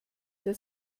der